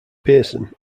pearson